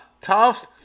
tough